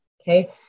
Okay